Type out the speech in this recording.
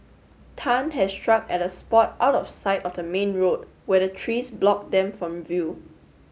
tan had struck at a spot out of sight of the main road where the trees blocked them from view